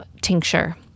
tincture